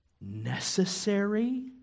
necessary